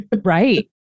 right